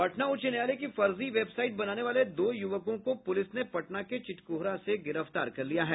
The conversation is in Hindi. पटना उच्च न्यायालय की फर्जी वेबसाईट बनाने वाले दो युवकों को पुलिस ने पटना के चितकोहरा से गिरफ्तार कर लिया है